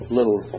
little